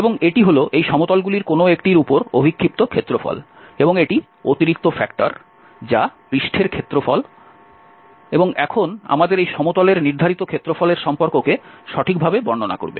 এবং এটি হল এই সমতলগুলির কোনও একটির উপর অভিক্ষিপ্ত ক্ষেত্রফল এবং এটি অতিরিক্ত ফ্যাক্টর যা পৃষ্ঠের ক্ষেত্রফল এবং এখন আমাদের এই সমতলের নির্ধারিত ক্ষেত্রফলের সম্পর্ককে সঠিকভাবে বর্ণনা করবে